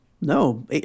No